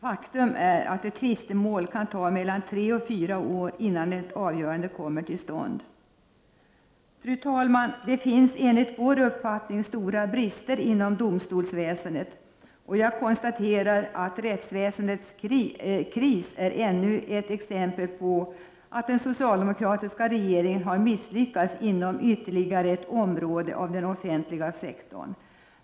Faktum är att det kan ta 3-4 år innan ett avgörande kommer till stånd i ett tvistemål. Fru talman! Det finns enligt folkpartiets uppfattning stora brister inom domstolsväsendet. Jag konstaterar att rättsväsendets kris är ännu ett exempel på att den socialdemokratiska regeringen har misslyckats inom ytterligare ett område inom den offentliga sektorn.